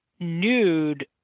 Nude